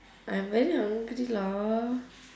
I'm very hungry lah